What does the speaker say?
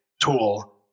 tool